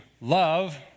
love